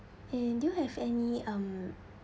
and do you have any um